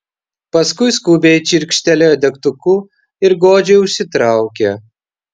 paskui skubiai čirkštelėjo degtuku ir godžiai užsitraukė